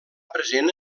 present